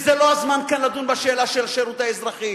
וזה לא הזמן כאן לדון בשאלה של השירות האזרחי,